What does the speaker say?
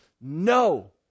No